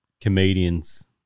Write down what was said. comedians